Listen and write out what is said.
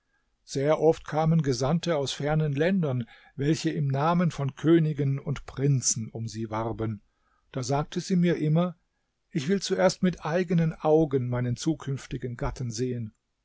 sehr oft kamen gesandte aus fernen ländern welche im namen von königen und prinzen um sie warben da sagte sie mir immer ich will zuerst mit eigenen augen meinen zukünftigen gatten sehen